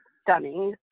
stunning